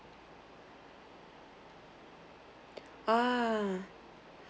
ah